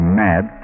mad